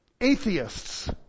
Atheists